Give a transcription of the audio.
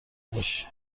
باشی